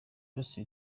byose